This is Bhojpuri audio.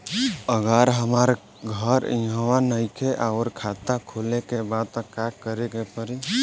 अगर हमार घर इहवा नईखे आउर खाता खोले के बा त का करे के पड़ी?